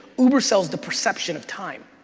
uber sells the perception of time.